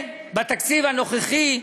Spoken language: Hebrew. בתקציב הנוכחי,